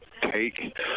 take